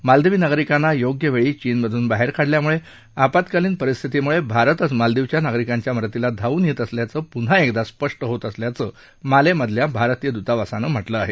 मालदिवी नागरिकांना योग्य वेळी चीनमधून बाहेर काढल्यामुळे आपातकालिन परिस्थितीमध्ये भारतच मालदिवच्या नागरिकांच्या मदतीला धावून येत असल्याचे पुन्हा एकदा स्पष्ट होत असल्याचं माले मधील भारतीय दुतावासानं म्हटलं आहे